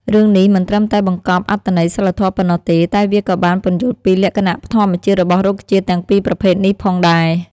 រឿងនេះមិនត្រឹមតែបង្កប់អត្ថន័យសីលធម៌ប៉ុណ្ណោះទេ តែវាក៏បានពន្យល់ពីលក្ខណៈធម្មជាតិរបស់រុក្ខជាតិទាំងពីរប្រភេទនេះផងដែរ។